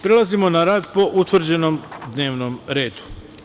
Prelazimo na rad po utvrđenom dnevnom redu.